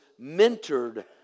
mentored